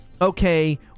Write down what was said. okay